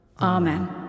Amen